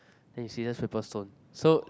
then you scissors paper stone so